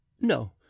no